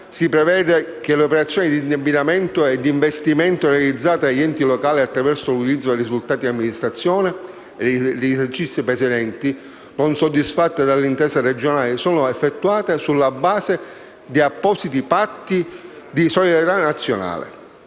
si prevede che le operazioni di indebitamento e di investimento realizzate dagli enti locali attraverso l'utilizzo dei risultati di amministrazione degli esercizi precedenti, non soddisfatte dalle intese regionali, sono effettuate sulla base di appositi patti di solidarietà nazionale.